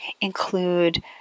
include